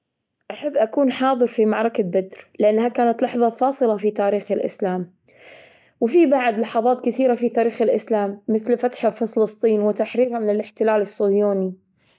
أحب أكون حاضرا في معركة بدر؛ لأنها كانت لحظة فاصلة في تاريخ الإسلام. وفيه بعد لحظات كثيرة في تاريخ الإسلام، مثل فتحه في فلسطين وتحريرها من الاحتلال الصهيوني.